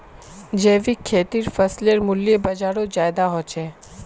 जैविक खेतीर फसलेर मूल्य बजारोत ज्यादा होचे